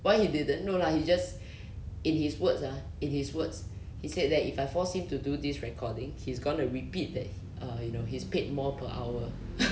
why he didn't no lah he just in his words ah in his words he said that if I force him to do this recording he's gonna repeat that err you know he's paid more per hour